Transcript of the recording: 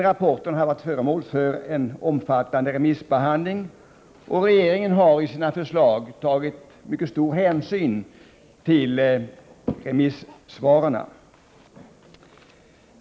Rapporten har varit föremål för en omfattande remissbehandling, och regeringen har i sina förslag tagit mycket stor hänsyn till remissvaren.